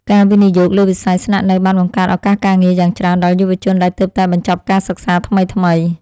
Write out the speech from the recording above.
ការវិនិយោគលើវិស័យស្នាក់នៅបានបង្កើតឱកាសការងារយ៉ាងច្រើនដល់យុវជនដែលទើបតែបញ្ចប់ការសិក្សាថ្មីៗ។